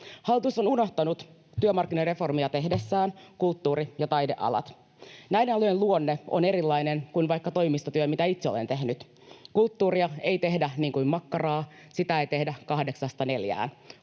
Hallitus on unohtanut työmarkkinareformia tehdessään kulttuuri- ja taidealat. Näiden alojen luonne on erilainen kuin vaikka toimistotyö, mitä itse olen tehnyt. Kulttuuria ei tehdä niin kuin makkaraa, sitä ei tehdä kahdeksasta neljään.